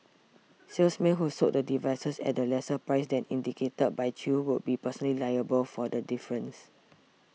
salesmen who sold the devices at a lesser price than indicated by Chew would be personally liable for the difference